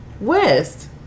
West